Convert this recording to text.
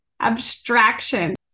abstraction